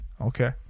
Okay